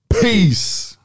Peace